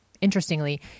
interestingly